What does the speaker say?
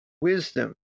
wisdom